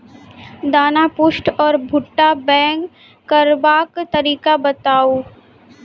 दाना पुष्ट आर भूट्टा पैग करबाक तरीका बताऊ?